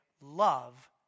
love